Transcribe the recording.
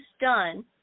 done